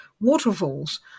waterfalls